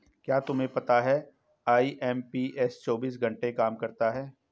क्या तुम्हें पता है आई.एम.पी.एस चौबीस घंटे काम करता है